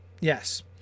Yes